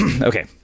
Okay